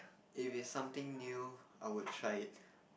if it's something new I would try it